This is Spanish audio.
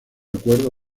acuerdo